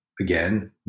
Again